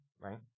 right